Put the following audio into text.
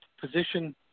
position